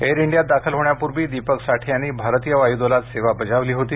air इंडियात दाखल होण्यापूर्वी दीपक साठे यांनी भारतीय वायू दलात सेवा बजावली होती